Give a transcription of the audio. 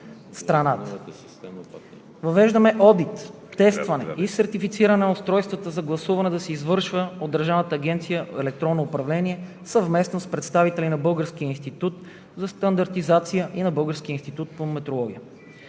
Въвеждаме одитът, тестването и сертифицирането на устройствата за гласуване да се извършват от Държавната агенция „Електронно управление“ съвместно с представители на Българския институт за стандартизация и на Българския институт по метеорология.